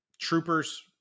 troopers